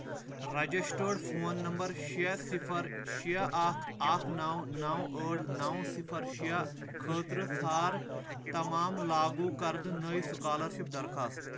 registered phone number شےٚ صِفر شےٚ اکھ اکھ نو نو ٲٹھ نو صِفر شےٚ خٲطرٕ ژھانڑ تمام لاگوٗ کردٕ نٔے سُکالرشِپ درخواستہٕ